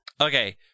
Okay